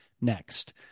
next